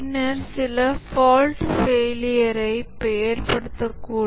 பின்னர் சில ஃபால்ட் ஃபெயிலியர்ரை ஏற்படுத்தக்கூடும்